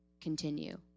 continue